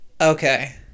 Okay